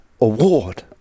award